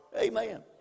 Amen